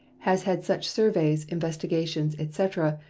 has had such surveys, investigations, etc,